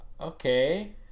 okay